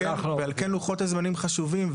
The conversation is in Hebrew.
ועל כן לוחות הזמנים חשובים,